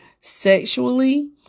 sexually